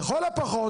לכל הפחות